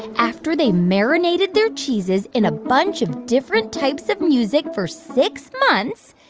after they marinated their cheeses in a bunch of different types of music for six months,